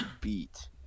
beat